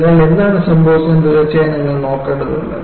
അതിനാൽ എന്താണ് സംഭവിച്ചതെന്ന് തീർച്ചയായും നിങ്ങൾ നോക്കേണ്ടതുണ്ട്